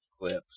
clips